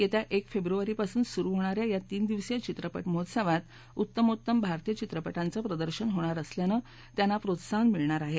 येत्या एक फेब्रुवारीपासून सुरु होणाऱ्या या तीन दिवसीय चित्रपट महोत्सवात उत्तमोत्तम भारतीय चित्रपटांचं प्रदर्शन होणार असल्यानं त्यांना प्रोत्साहन मिळणार आहे